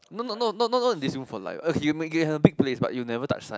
not not not not not not in this room for like okay you can have a big place but you never touch sun